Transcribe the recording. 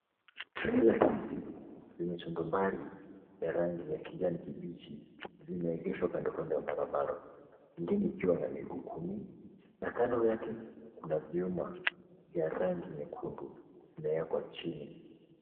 Trela hizi zenye tondubari ya rangi ya kijani kibichi zimeegeshwa kando kando ya barabara ingine ikiwa na miguu kumi na kando yake kuna vyuma vya rangi nyekundu vimeekwa chini.